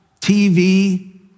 TV